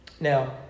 Now